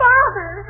Father